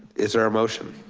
is there a motion?